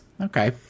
Okay